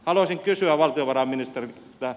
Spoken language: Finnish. haluaisin kysyä valtiovarainministeriltä